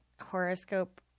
horoscope